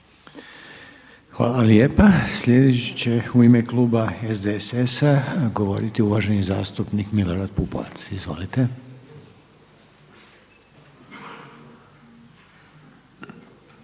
Hvala. Sljedeći će u ime kluba SDSS-a govoriti uvaženi zastupnik Milorad Pupovac. Izvolite.